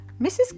Mrs